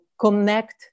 connect